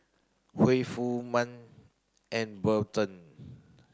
Huy Furman and Burton